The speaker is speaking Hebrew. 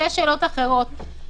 שתי שאלות נוספות.